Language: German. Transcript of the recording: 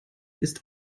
ist